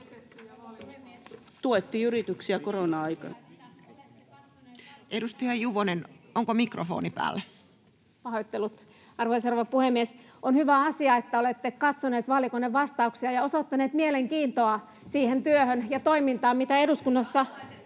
Edustaja Juvonen. — Edustaja Juvonen, onko mikrofoni päällä? [Arja Juvonen: Pahoittelut!] Arvoisa rouva puhemies! On hyvä asia, että olette katsoneet vaalikonevastauksia ja osoittaneet mielenkiintoa siihen työhön ja toimintaan, mitä eduskunnassa